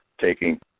taking